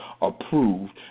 approved